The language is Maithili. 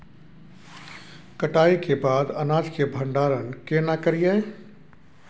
कटाई के बाद अनाज के भंडारण केना करियै?